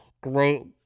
great